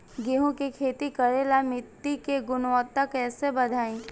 गेहूं के खेती करेला मिट्टी के गुणवत्ता कैसे बढ़ाई?